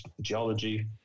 geology